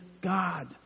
God